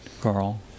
Carl